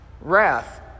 wrath